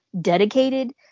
dedicated